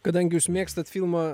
kadangi jūs mėgstat filmo